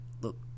look